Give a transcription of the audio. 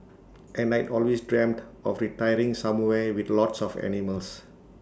and I'd always dreamed of retiring somewhere with lots of animals